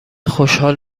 خوشحال